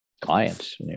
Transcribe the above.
clients